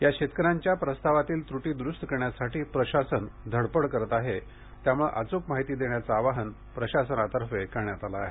या शेतकऱ्यांच्या प्रस्तावातील त्रुटी दुरुस्त करण्यासाठी प्रशासन धडपड करीत असून अचूक माहिती देण्याचे आवाहन प्रशासनातर्फ करण्यात आले आहे